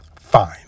Fine